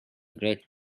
great